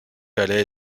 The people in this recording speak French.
calais